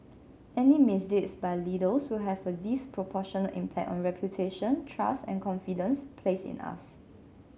any misdeeds by leaders will have a disproportionate impact on reputation trust and confidence placed in us